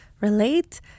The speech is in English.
Relate